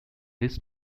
this